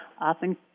often